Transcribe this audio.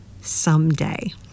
someday